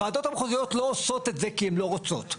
הוועדות המחוזיות לא עושות את זה כי הן לא רוצות.